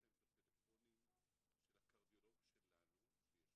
יש להם את הטלפונים של הקרדיולוג שלנו שישנו,